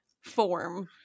form